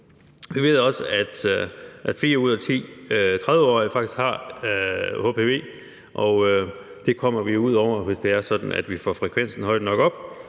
Vi ved også, at fire ud af ti 30-årige faktisk har hpv, og det problem kommer vi ud over, hvis det er sådan, at vi får frekvensen højt nok op.